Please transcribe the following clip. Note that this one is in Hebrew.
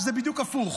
שזה בדיוק הפוך,